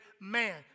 man